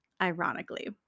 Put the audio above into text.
ironically